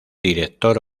director